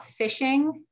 phishing